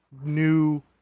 new